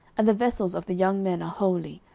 and the vessels of the young men are holy,